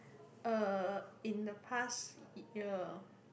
uh in the past year